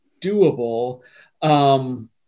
doable